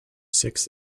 six